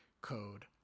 code